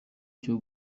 cyo